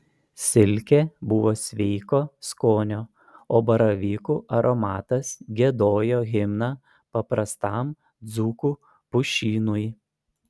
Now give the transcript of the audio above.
silkė buvo sveiko skonio o baravykų aromatas giedojo himną paprastam dzūkų pušynui